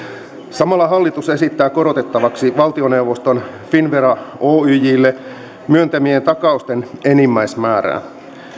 samalla hallitus esittää korotettavaksi valtioneuvoston finnvera oyjlle myöntämien takausten enimmäismäärää